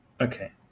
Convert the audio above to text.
Okay